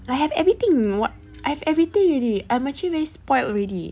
I've everything [what] I've everything already I'm actually very spoilt already